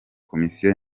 komisiyo